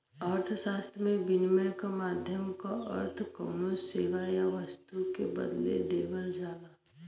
अर्थशास्त्र में, विनिमय क माध्यम क अर्थ कउनो सेवा या वस्तु के बदले देवल जाला